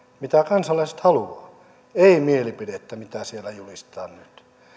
mitä kansalaiset haluavat ei mielipidettä mitä siellä julistetaan nyt